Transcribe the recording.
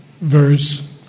Verse